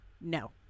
No